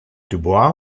dubois